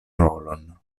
rolon